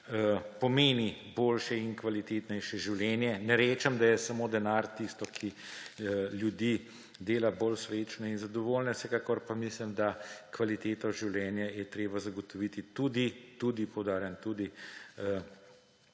pomeni boljše in kvalitetnejše življenje. Ne rečem, da je samo denar tisto, kar ljudi dela bolj srečne in zadovoljne, vsekakor pa mislim, da kvaliteto življenja je treba zagotoviti tudi, poudarjam – tudi,